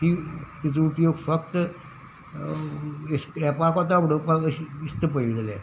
ती तिजो उपयोग फक्त स्क्रेपा कोता उडोवपाक अशी दिसता पयली जाल्यार